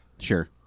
sure